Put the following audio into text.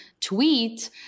tweet